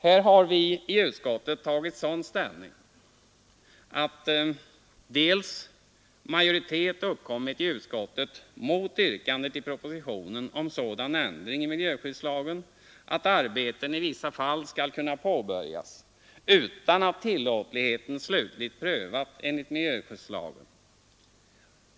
Här har vi i utskottet tagit sådan ställning att majoritet uppkommit i utskottet mot yrkandet i propositionen om sådan ändring i miljöskyddslagen att arbeten i vissa fall skall kunna påbörjas utan att tillåtligheten slutligt prövats enligt miljöskyddslagen.